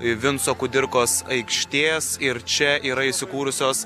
vinco kudirkos aikštės ir čia yra įsikūrusios